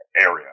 area